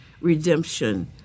Redemption